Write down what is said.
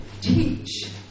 teach